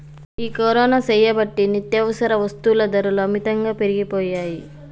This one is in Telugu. ఈ కరోనా సేయబట్టి నిత్యావసర వస్తుల ధరలు అమితంగా పెరిగిపోయాయి